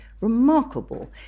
remarkable